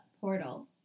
portal